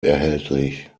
erhältlich